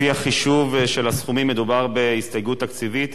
לפי החישוב של הסכומים מדובר בהסתייגות תקציבית